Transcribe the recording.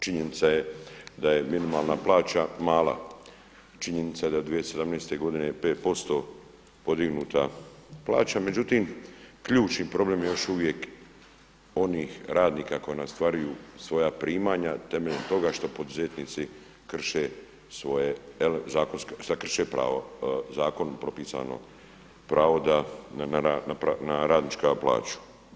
Činjenica je da je minimalna plaća mala, činjenica je da je 2017. godine 5% podignuta plaća, međutim ključni problem je još uvijek onih radnika koji ne ostvaruju svoja primanja temeljem toga što poduzetnici krše svoje, krše zakonom propisano pravo da, na radničku plaću.